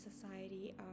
society